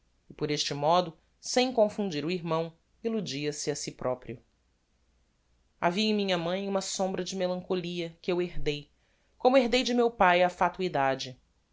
por este modo sem confundir o irmão illudia se a si proprio havia em minha mãe uma sombra de melancholia que eu herdei como herdei de meu pae a